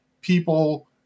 people